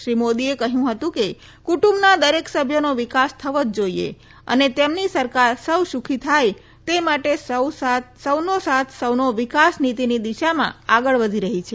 શ્રી મોદીએ કહ્યું હતું કે કુટુંબના દરેક સભ્યનો વિકાસ થવો જ જોઈએ અને તેમની સરકાર સૌ શુખી થાય તે માટે સૌ સાથ સૌનો વિકાસ નીતીની દિશામાં આગળ વધી રહી છે